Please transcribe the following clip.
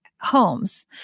homes